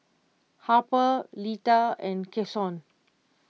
Harper Lita and Kason